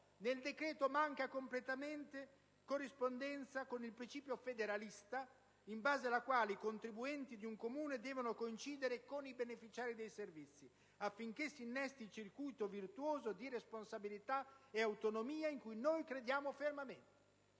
nel decreto manca completamente ogni corrispondenza con il principio federalista in base al quale i contribuenti di un comune devono coincidere con i beneficiari dei servizi, affinché si innesti il circuito virtuoso di responsabilità e autonomia in cui noi crediamo fermamente.